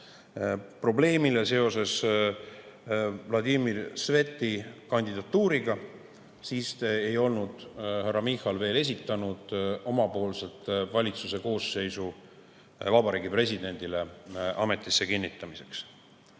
probleemile seoses Vladimir Sveti kandidatuuriga. Siis ei olnud härra Michal veel esitanud valitsuse koosseisu Vabariigi Presidendile ametisse kinnitamiseks.